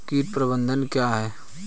कीट प्रबंधन क्या है?